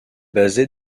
basé